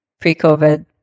pre-COVID